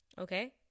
Okay